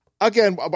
Again